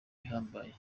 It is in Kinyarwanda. ihambaye